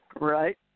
Right